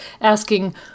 asking